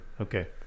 Okay